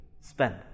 spend